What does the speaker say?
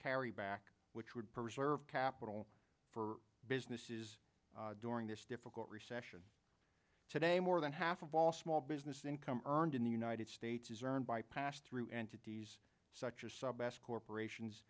carry back which would preserve capital for businesses during this difficult recession today more than half of all small business income earned in the united states is earned by pass through entities such as sub s corporations